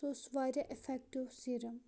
سُہ اوس واریاہ ایٚفکٹِو سِرَم